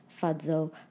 Fadzo